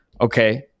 okay